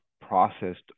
processed